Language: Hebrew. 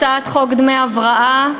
הצעת חוק דמי הבראה.